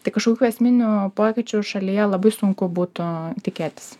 tai kažkokių esminių pokyčių šalyje labai sunku būtų tikėtis